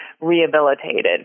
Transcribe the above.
rehabilitated